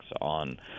on